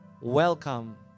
welcome